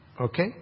Okay